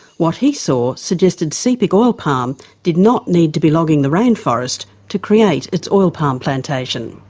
what he saw suggested sepik oil palm did not need to be logging the rainforest to create its oil palm plantation.